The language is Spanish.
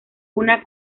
una